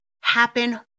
happen